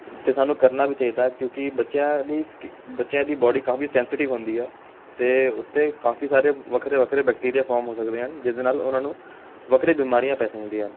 ਅਤੇ ਸਾਨੂੰ ਕਰਨਾ ਵੀ ਚਾਹੀਦਾ ਕਿਉਂਕਿ ਬੱਚਿਆਂ ਦੀ ਸਕਿ ਬੱਚਿਆਂ ਦੀ ਬੋਡੀ ਕਾਫੀ ਸੈਂਸਿਟਿਵ ਹੁੰਦੀ ਆ ਅਤੇ ਉੱਤੇ ਕਾਫੀ ਸਾਰੇ ਵੱਖਰੇ ਵੱਖਰੇ ਬੈਕਟੀਰੀਆ ਫੋਰਮ ਹੋ ਸਕਦੇ ਹਨ ਜਿਸਦੇ ਨਾਲ ਉਹਨਾਂ ਨੂੰ ਵੱਖਰੇ ਬਿਮਾਰੀਆਂ ਪੈ ਸਕਦੀਆਂ ਹਨ